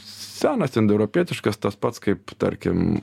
senas indoeuropietiškas tas pats kaip tarkim